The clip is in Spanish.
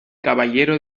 caballero